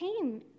came